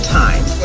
times